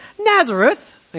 Nazareth